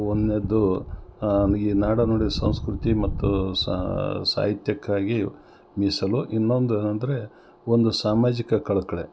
ಒಂದನೇದು ಈ ನಾಡನುಡಿ ಸಂಸ್ಕೃತಿ ಮತ್ತು ಸಾಹಿತ್ಯಕ್ಕಾಗಿ ಮೀಸಲು ಇನ್ನೊಂದು ಅಂದರೆ ಒಂದು ಸಾಮಾಜಿಕ ಕಳಕಳಿ